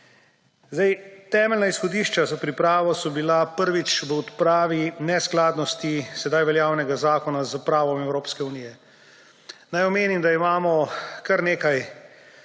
Temeljna izhodišča za pripravo so bila prvič v odpravi neskladnosti sedaj veljavnega zakona s pravom Evropske unije. Naj omenim, da imamo sproženih